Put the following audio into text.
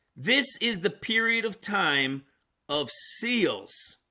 this is the period of time of seals